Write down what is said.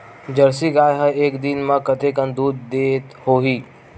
Jersey गाय ह एक दिन म कतेकन दूध देत होही?